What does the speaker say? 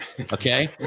okay